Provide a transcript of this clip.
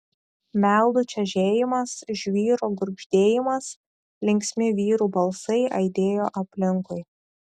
meldų čežėjimas žvyro gurgždėjimas linksmi vyrų balsai aidėjo aplinkui